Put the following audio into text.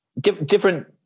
different